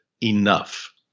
enough